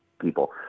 people